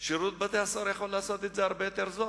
עלה ששירות בתי-הסוהר יכול לעשות את זה הרבה יותר בזול.